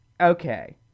okay